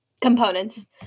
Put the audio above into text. components